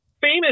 famous